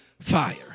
fire